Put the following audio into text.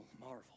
marvel